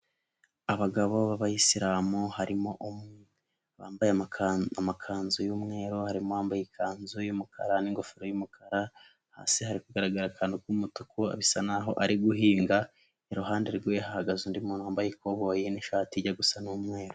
Abagabo b'abayisiramu harimo umwe, bambaye amakanzu y'umweru harimo uwambaye ikanzu y'umukara n'ingofero y'umukara, hasi hari kugaragara akantu k'umutuku bisa naho ari guhinga, iruhande rwe hahagaze undi muntu wambaye ikoboyi n'ishati ijya gusa n'umweru.